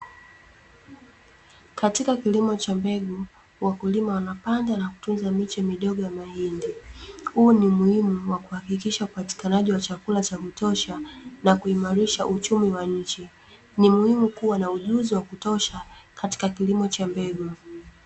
Katika kilimo cha mbegu wakulima wanapanda na kutunza miche midogo ya mahindi, huu ni umuhimu wa kuhakikisha upatikanaji wa chakula cha kutosha na kuimarisha uchumi wa nchi. Ni muhimu kuwa na ujuzi wa kutosha katika kilimo cha mbegu.